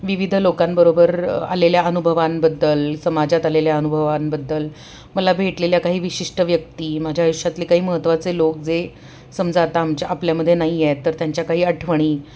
विविध लोकांबरोबर आलेल्या अनुभवांबद्दल समाजात आलेल्या अनुभवांबद्दल मला भेटलेल्या काही विशिष्ट व्यक्ती माझ्या आयुष्यातले काही महत्त्वाचे लोक जे समजा आता आमच्या आपल्यामध्ये नाही आहेत तर त्यांच्या काही आठवणी